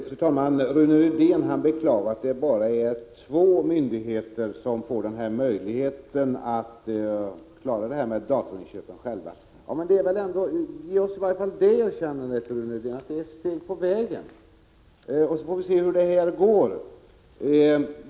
Fru talman! Rune Rydén beklagar att det bara är två myndigheter som får möjlighet att genomföra datorinköpen på egen hand. Men Rune Rydén kan väl ändå ge mig det erkännandet att detta är ett steg på vägen. Vi får se hur utfallet härav blir.